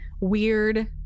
weird